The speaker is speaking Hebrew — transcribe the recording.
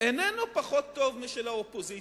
איננו פחות טוב משל האופוזיציה.